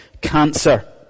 cancer